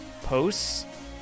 posts